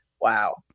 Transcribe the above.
Wow